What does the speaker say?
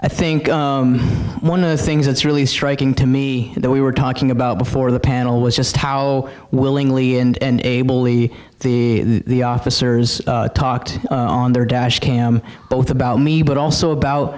i think one of the things that's really striking to me that we were talking about before the panel was just how willingly and able e the officers talked on their dash cam both about me but also about